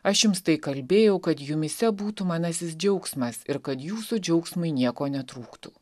aš jums tai kalbėjau kad jumyse būtų manasis džiaugsmas ir kad jūsų džiaugsmui nieko netrūktų